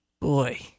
boy